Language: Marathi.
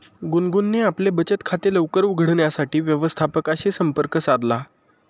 गुनगुनने आपले बचत खाते लवकर उघडण्यासाठी व्यवस्थापकाशी संपर्क साधला